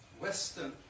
Western